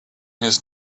his